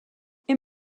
est